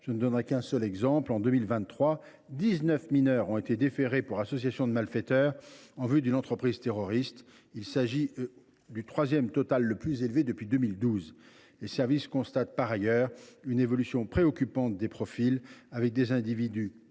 Je ne donnerai qu’un seul exemple : en 2023, 19 mineurs ont été déférés à la justice pour association de malfaiteurs en vue d’une entreprise terroriste. Il s’agit en la matière du troisième chiffre le plus élevé depuis 2012. Les services constatent par ailleurs une évolution préoccupante des profils, avec des individus